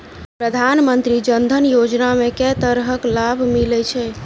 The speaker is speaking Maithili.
प्रधानमंत्री जनधन योजना मे केँ तरहक लाभ मिलय छै?